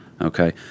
okay